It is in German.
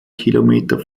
kilometer